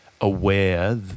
aware